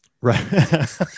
right